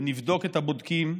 ונבדוק את הבודקים,